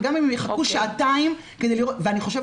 וגם אם הם יחכו שעתיים כדי ל ואני חושבת